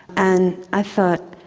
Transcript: and i thought,